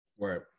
Right